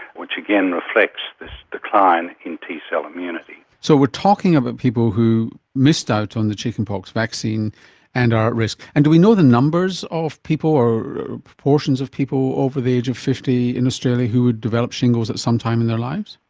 which again reflects this decline in t-cell immunity. so we are talking about people who missed out on the chickenpox vaccine and are at risk. and do we know the numbers of people or proportions of people over the age of fifty in australia who would develop shingles at some time in their lives?